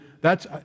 thats